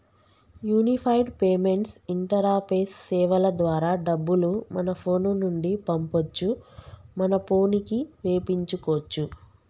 unified payments interface సేవల ద్వారా డబ్బులు మన ఫోను నుండి పంపొచ్చు మన పోనుకి వేపించుకోచ్చు